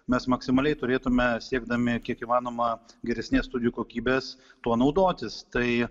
mes maksimaliai turėtume siekdami kiek įmanoma geresnės studijų kokybės tuo naudotis tai